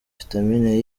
vitamine